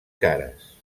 cares